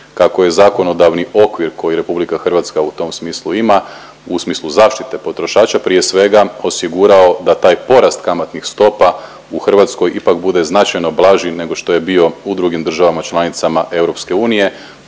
kako je zakonodavni okvir koji Republika Hrvatska u tom smislu ima, u smislu zaštite potrošača prije svega osigurao da taj porast kamatnih stopa u Hrvatskoj ipak bude značajno blaži nego što je bio u drugim državama članicama EU,